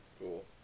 Cool